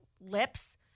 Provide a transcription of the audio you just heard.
lips –